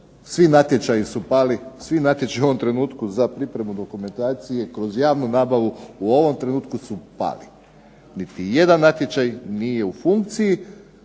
Svi natječaji su pali. Svi natječaji u ovom trenutku za pripremu dokumentacije kroz javnu nabavu u ovom trenutku su pali. Niti jedan natječaj nije u funkciji,